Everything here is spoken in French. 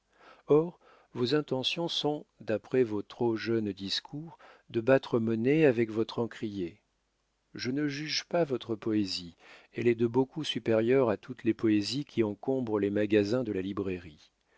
or vos intentions sont d'après vos trop jeunes discours de battre monnaie avec votre encrier je ne juge pas votre poésie elle est de beaucoup supérieure à toutes les poésies qui encombrent les magasins de la librairie